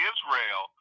Israel